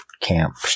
camp